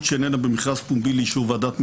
שאיננה במכרז פומבי לאישור ועדת מכרזים.